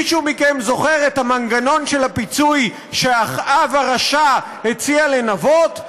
מישהו מכם זוכר את המנגנון של הפיצוי שאחאב הרשע הציע לנבות?